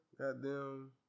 Goddamn